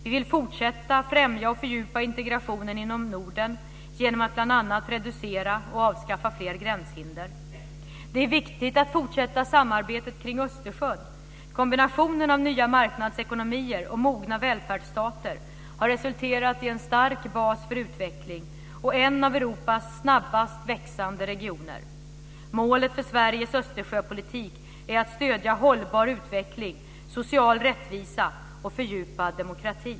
Vi vill fortsätta att främja och fördjupa integrationen inom Norden genom att bl.a. reducera och avskaffa fler gränshinder. Det är viktigt att fortsätta samarbetet kring Östersjön. Kombinationen av nya marknadsekonomier och mogna välfärdsstater har resulterat i en stark bas för utveckling och en av Europas snabbast växande regioner. Målet för Sveriges Östersjöpolitik är att stödja hållbar utveckling, social rättvisa och fördjupad demokrati.